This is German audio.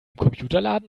computerladen